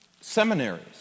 seminaries